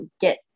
get